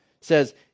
says